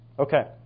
Okay